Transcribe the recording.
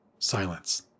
Silence